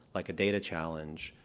like a data challenge,